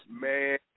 Man